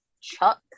chuck